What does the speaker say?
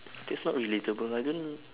I guess not relatable I don't